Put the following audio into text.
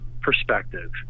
perspective